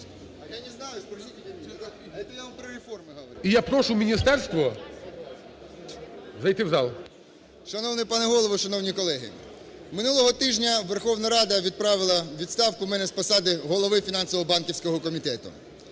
я прошу міністерство зайти в зал. 11:12:16 РИБАЛКА С.В. Шановний пане голово, шановні колеги! Минулого тижня Верховна Рада відправила у відставку мене з посади голови фінансово-банківського комітету.